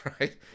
right